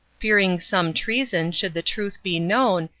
fearing some treason should the truth be known,